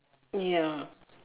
ya